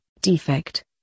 defect